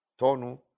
Tonu